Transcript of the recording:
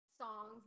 songs